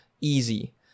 easy